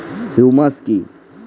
Humus কি?